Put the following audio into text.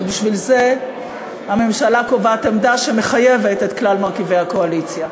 ולכן הממשלה קובעת עמדה שמחייבת את כלל מרכיבי הקואליציה.